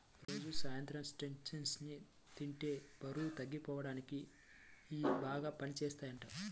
రోజూ సాయంత్రం చెస్ట్నట్స్ ని తింటే బరువు తగ్గిపోడానికి ఇయ్యి బాగా పనిజేత్తయ్యంట